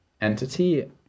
entity